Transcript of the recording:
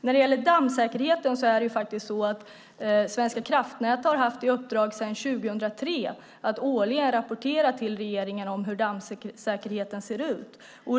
När det gäller dammsäkerheten har Svenska kraftnät sedan 2003 haft i uppdrag att årligen rapportera till regeringen hur dammsäkerheten ser ut.